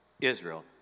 Israel